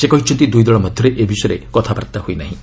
ସେ କହିଛନ୍ତି ଦୁଇ ଦଳ ମଧ୍ୟରେ ଏ ବିଷୟରେ କଥାବାର୍ତ୍ତା ହୋଇ ନାହିଁ